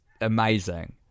amazing